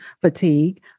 fatigue